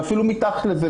ואפילו מתחת לזה,